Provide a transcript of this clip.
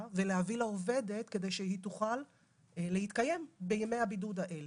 ולהביא לעובדת כדי שהיא תוכל להתקיים בימי הבידוד האלה.